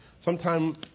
sometime